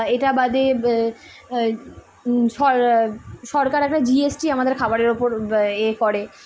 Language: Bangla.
এটা বাদে সর সরকার একটা জিএসটি আমাদের খাবারের ওপর ইয়ে করে